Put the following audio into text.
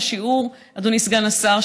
אדוני סגן השר,